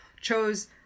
chose